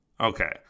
okay